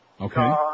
Okay